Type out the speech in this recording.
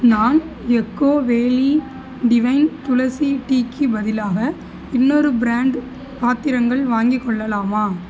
நான் Eco Valley Divine Tulsi டீக்கு பதிலாக இன்னொரு பிராண்ட் பாத்திரங்கள் வாங்கிக் கொள்ளலாமா